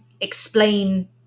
explain